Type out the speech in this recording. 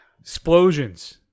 explosions